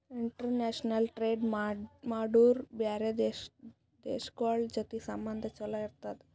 international trade ಮಾಡುರ್ ಬ್ಯಾರೆ ದೇಶಗೋಳ್ ಜೊತಿ ಸಂಬಂಧ ಛಲೋ ಇರ್ತುದ್